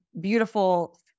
beautiful